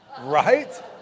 Right